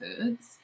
foods